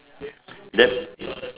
then